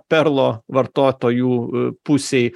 perlo vartotojų pusėj